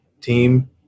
team